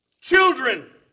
Children